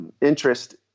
interest